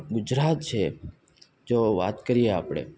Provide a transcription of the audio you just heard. ગુજરાત છે જો વાત કરીએ આપણે